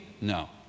No